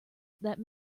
that